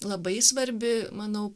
labai svarbi manau